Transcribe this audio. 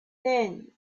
then